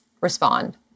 respond